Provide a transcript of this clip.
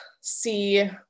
see